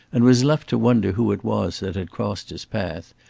and was left to wonder who it was that had crossed his path,